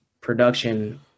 production